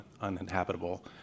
uninhabitable